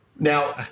Now